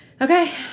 Okay